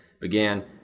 began